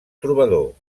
trobador